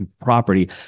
property